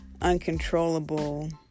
uncontrollable